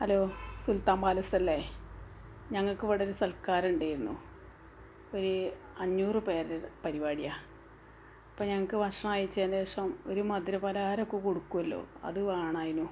hello സുൽത്താൻ പാലസ്സല്ലേ ഞങ്ങൾക്കിവിടെ ഒരു സൽക്കാരമുണ്ടായിനു അഞ്ഞൂറ് പേരുടെ പരിപാടിയാണ് അപ്പോള് ഞങ്ങള്ക്ക് ഭക്ഷണം കഴിച്ചതിനുശേഷം ഒരു മധുരപലഹാരമൊക്കെ കൊടുക്കുമല്ലോ അത് വേണായിനു